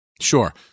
Sure